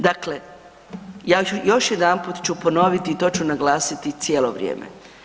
Dakle, ja ću još jedanput ću ponoviti i to ću naglasiti cijelo vrijeme.